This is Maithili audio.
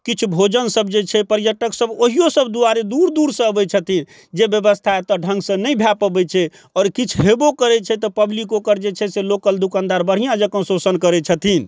किछु भोजनसब जे छै पर्यटकसब ओहिओसब दुआरे दूर दूरसँ अबै छथिन जे बेबस्था एतऽ ढङ्गसँ नहि भऽ पबै छै आओर किछु हेबो करै छै तऽ पब्लिक ओकर जे छै से लोकल दोकानदार बढ़िआँजकाँ शोषण करै छथिन